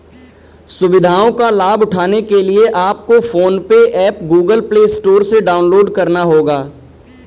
सुविधाओं का लाभ उठाने के लिए आपको PhonePe app Google Play Store से डाउनलोड करना होगा